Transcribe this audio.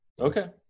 Okay